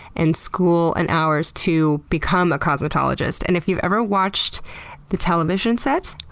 and school, and hours to become a cosmetologist. and if you've ever watched the television set,